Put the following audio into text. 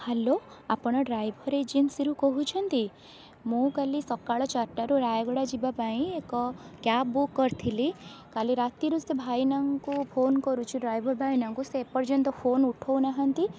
hello ଆପଣ driver ଏଜେନ୍ସିରୁ କହୁଛନ୍ତି ମୁଁ କାଲି ସକାଳ ଚାରିଟାରୁ ରାୟଗଡ଼ା ଯିବା ପାଇଁ ଏକ କ୍ୟାବ୍ ବୁକ୍ କରିଥିଲି କାଲି ରାତିରୁ ସେ ଭାଇନାଙ୍କୁ ଫୋନ୍ କରୁଛି ସେ ଡ୍ରାଇଭର ଭାଇନାଙ୍କୁ ସେ ଏପର୍ଯ୍ୟନ୍ତ ଫୋନ୍ ଉଠାଉ ନାହାଁନ୍ତି